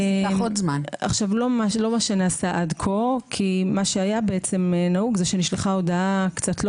מה שהיה בעצם נהוג זה שנשלחה הודעה קצת לא